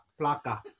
placa